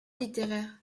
littéraire